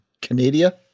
Canada